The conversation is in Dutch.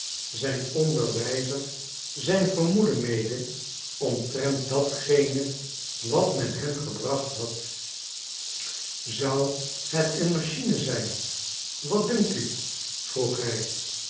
zijn onderwijzer zijn vermoeden mede omtrent datgene wat men hem gebracht had zou het een machine zijn wat dunkt u vroeg hij